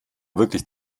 wirklich